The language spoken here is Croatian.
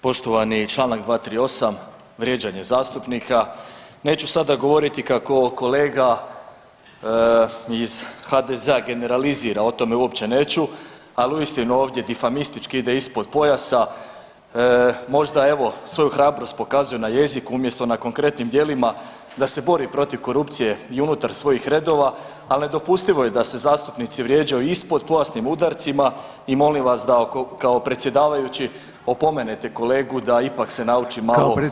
Poštovani, Članak 238., vrijeđanje zastupnika, neću sada govoriti kako kolega iz HDZ-a generalizira o tome uopće neću ali uistinu ovdje difamistički ide ispod pojasa možda evo svoju hrabrost pokazuje na jeziku umjesto na konkretnim djelima da se bori protiv korupcije i unutar svojih redova, al nedopustivo je da se zastupnici vrijeđaju ispod pojasnim udarcima i molim vas da kao predsjedavajući opomenete kolegu da ipak se nauči malo kulturnije ponašati.